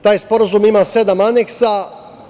Taj sporazum ima sedam aneksa.